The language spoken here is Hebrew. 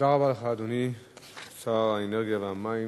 תודה רבה לך, אדוני שר האנרגיה והמים,